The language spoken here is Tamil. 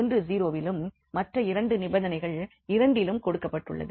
ஒன்று 0 விலும் மற்ற இரண்டு நிபந்தனைகள் 2 லும் கொடுக்கப்பட்டுள்ளது